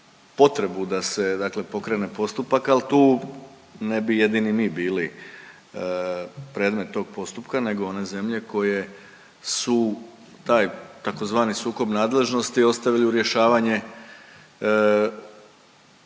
potrebu da se dakle pokrene postupak al tu ne bi jedini mi bili predmet tog postupka nego one zemlje koje su taj tzv. sukob nadležnosti ostavili u rješavanje